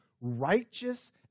righteous